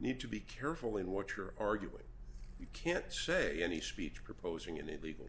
need to be careful in what you're arguing you can't say any speech proposing an illegal